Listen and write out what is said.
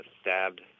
stabbed